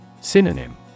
Synonym